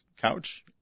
couch